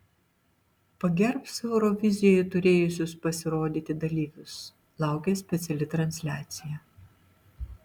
pagerbs eurovizijoje turėjusius pasirodyti dalyvius laukia speciali transliacija